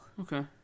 Okay